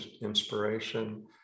inspiration